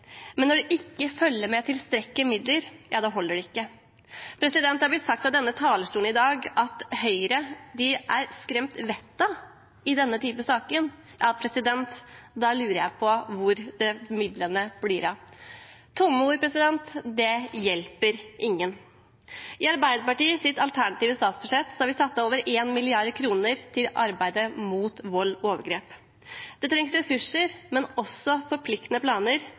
men når det ikke følger med tilstrekkelig med midler, ja da holder det ikke. Det er blitt sagt fra denne talerstolen i dag at Høyre er skremt vettet av i denne type saker – og da lurer jeg på hvor midlene blir av. Tomme ord hjelper ingen. I Arbeiderpartiets alternative statsbudsjett er det satt av over 1 mrd. kr til arbeidet mot vold og overgrep. Det trengs ressurser, men også forpliktende planer.